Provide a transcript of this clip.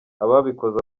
ababikoze